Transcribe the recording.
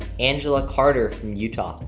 angela carter from utah.